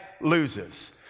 loses